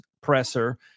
presser